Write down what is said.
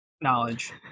knowledge